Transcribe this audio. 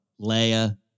Leia